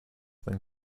than